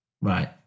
Right